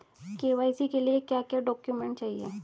KYC के लिए क्या क्या डॉक्यूमेंट चाहिए?